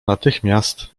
natychmiast